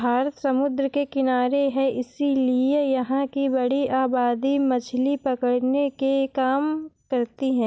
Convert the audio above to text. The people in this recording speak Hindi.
भारत समुद्र के किनारे है इसीलिए यहां की बड़ी आबादी मछली पकड़ने के काम करती है